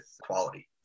quality